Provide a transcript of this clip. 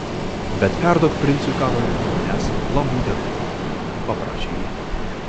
bet perduok princui karoliui nuo manęs labų dienų paprašė ji